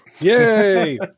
Yay